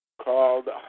called